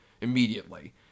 immediately